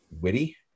witty